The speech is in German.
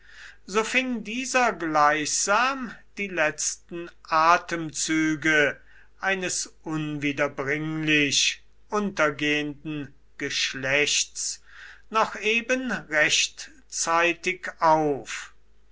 so fing dieser gleichsam die letzten atemzüge eines unwiderbringlich untergehenden geschlechts noch eben rechtzeitig auf